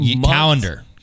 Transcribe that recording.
Calendar